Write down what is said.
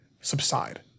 subside